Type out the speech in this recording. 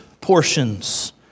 portions